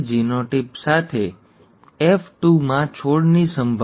સંભાવનાઓની દ્રષ્ટિએ બંને પાત્રો માટે સમાનોઝિગસ પ્રભાવશાળી જીનોટાઈપ સાથે એફ 2 માં છોડની સંભાવના